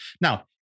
now